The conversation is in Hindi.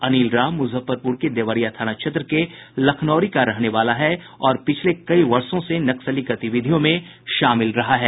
अनिल राम मुजफ्फरपुर के देवरिया थाना क्षेत्र के लखनौरी का रहने वाला है और पिछले कई वर्षों से नक्सली गतिविधियों में शामिल रहा है